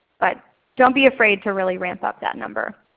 but don't be afraid to really ramp up that number.